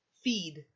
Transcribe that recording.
feed